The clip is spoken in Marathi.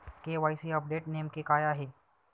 के.वाय.सी अपडेट नेमके काय आहे?